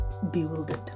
bewildered